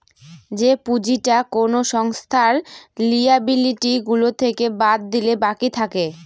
যে পুঁজিটা কোনো সংস্থার লিয়াবিলিটি গুলো থেকে বাদ দিলে বাকি থাকে